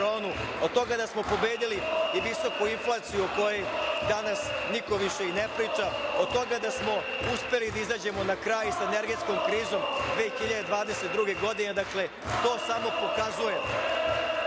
od toga da smo pobedili i visoku inflaciju, o kojoj danas niko više i ne priča, od toga da smo uspeli da izađemo na kraj i sa energetskom krizom 2022. godine. Dakle, to samo pokazuje